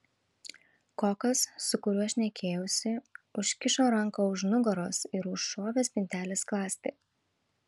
kokas su kuriuo šnekėjausi užkišo ranką už nugaros ir užšovė spintelės skląstį